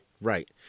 Right